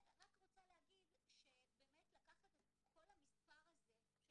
אני רק רוצה להגיד שבאמת לקחת את כל המספר הזה של